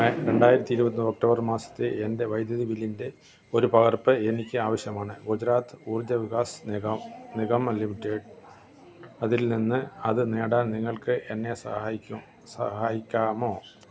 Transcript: രണ്ടായിരത്തി ഇരുപത്തിമൂന്ന് ഒക്ടോബർ മാസത്തെ എൻ്റെ വൈദ്യുതി ബില്ലിൻ്റെ ഒരു പകർപ്പ് എനിക്ക് ആവശ്യമാണ് ഗുജറാത്ത് ഊർജ വികാസ് നിഗം ലിമിറ്റഡ് അതിൽ നിന്ന് അത് നേടാൻ നിങ്ങൾക്ക് എന്നെ സഹായിക്കാമോ